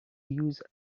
use